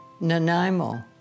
Nanaimo